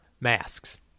masks